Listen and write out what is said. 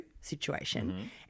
situation